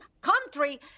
country